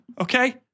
okay